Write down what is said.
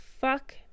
fuck